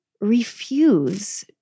refuse